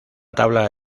tabla